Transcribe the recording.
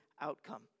outcome